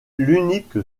l’unique